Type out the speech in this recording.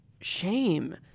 shame